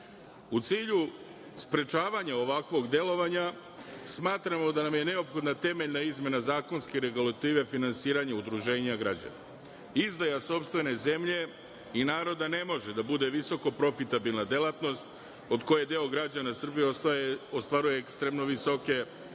cilju sprečavanja ovakvog delovanja, smatramo da nam je neophodna temeljna izmena zakonske regulative finansiranja udruženja građana. Izdaja sopstvene zemlje i naroda ne može da bude visokoprofitabilna delatnost od koje deo građana Srbije ostvaruje ekstremno visoke finansijske